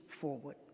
forward